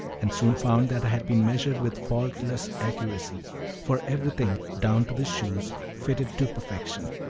and soon found that i had been measured with faultless accuracy for everything, down to the shoes, fitted to perfection.